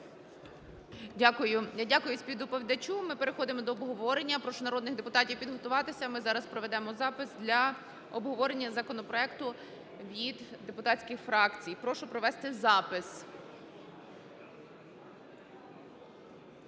Дякую. Я дякую співдоповідачу. Ми переходимо до обговорення. Прошу народних депутатів підготуватися, ми зараз проведемо запис для обговорення законопроекту від депутатських фракцій. Прошу провести запис.